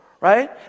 Right